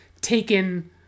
taken